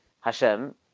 Hashem